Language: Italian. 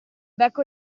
becco